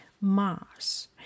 Mars